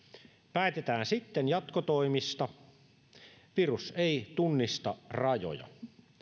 päätetään sitten jatkotoimista virus ei tunnista rajoja